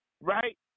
right